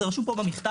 זה רשום פה במכתב.